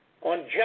on